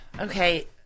Okay